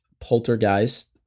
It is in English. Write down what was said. Poltergeist